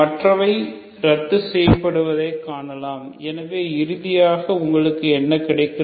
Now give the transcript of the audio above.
மற்றவை ரத்து செய்யப்படுவதைக் காணலாம் எனவே இறுதியாக உங்களுக்கு என்ன கிடைக்கிறது